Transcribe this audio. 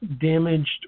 damaged